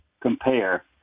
compare